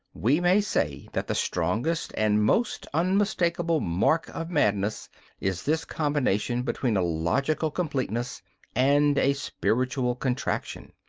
we may say that the strongest and most unmistakable mark of madness is this combination between a logical completeness and a spiritual contraction.